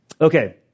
Okay